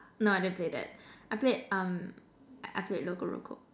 no I didn't play that I played um I played Loco-Roco